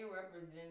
represent